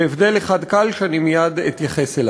בהבדל אחד קל, שאני מייד אתייחס אליו.